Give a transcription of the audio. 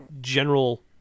general